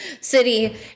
city